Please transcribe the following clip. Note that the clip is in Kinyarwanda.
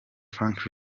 frank